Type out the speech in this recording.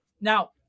Now